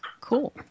Cool